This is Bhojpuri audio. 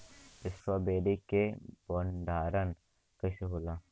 स्ट्रॉबेरी के भंडारन कइसे होला?